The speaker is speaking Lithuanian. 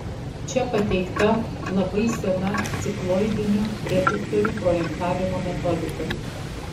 čia pateikta labai sena cikloidinių reduktorių projektavimo metodika